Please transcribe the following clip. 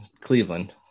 Cleveland